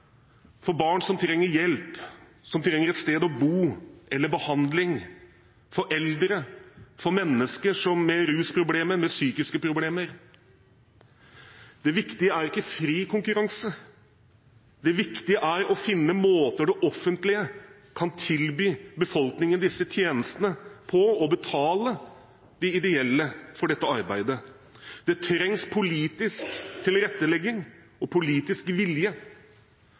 for barn som trenger hjelp, som trenger et sted å bo eller behandling, for eldre, for mennesker med rusproblemer, med psykiske problemer. Det viktige er ikke fri konkurranse, det viktige er å finne måter det offentlige kan tilby befolkningen disse tjenestene på, og betale de ideelle for dette arbeidet. Det trengs politisk tilrettelegging og politisk vilje